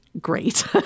great